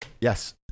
Yes